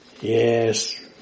Yes